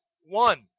one